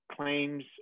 claims